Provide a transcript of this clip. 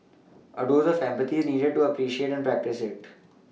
a dose of empathy is needed to appreciate and practice it